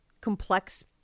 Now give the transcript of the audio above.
complex